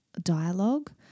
dialogue